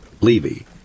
Levy